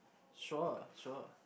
sure sure